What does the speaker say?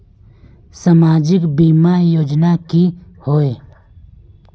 सामाजिक बीमा योजना की होय?